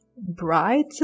bright